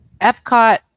Epcot